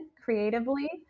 creatively